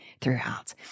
throughout